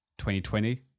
2020